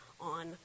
on